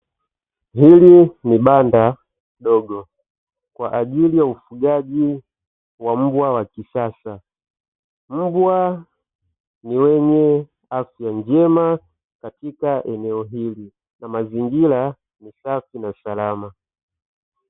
Hili ni banda dogo kwa ajili ya ufugaji wa mbwa wa kisasa. Mbwa ni wenye afya njema katika eneo hili, na mazingira ni safi na salama.